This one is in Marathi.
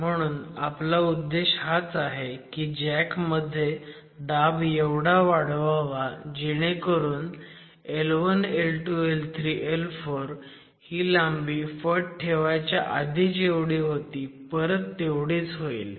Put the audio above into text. म्हणून आपला उद्देश हाच आहे की जॅक मध्ये दाब एवढा वाढवावा जेणेकरून L1 L2 L3 आणि L4 ही लांबी फट ठेवायच्या आधी जेवढी होती परत तेवढीच होईल